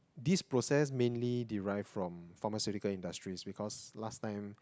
this process mainly derive from pharmaceutical industries because last time